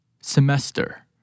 Semester